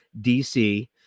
DC